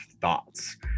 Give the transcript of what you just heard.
thoughts